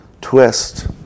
twist